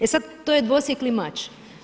E sada, to je dvosjekli mač.